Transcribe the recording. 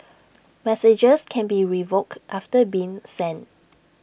messages can be revoked after being sent